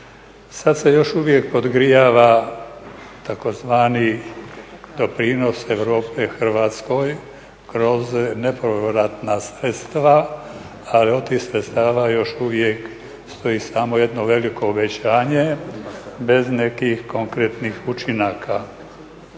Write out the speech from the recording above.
Sada se još uvijek podgrijava tzv. doprinos Europe Hrvatskoj kroz nepovratna sredstva ali od tih sredstava još uvijek stoji samo jedno veliko obećanje bez nekih konkretnih učinaka.